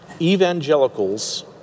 evangelicals